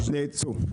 לייצוא.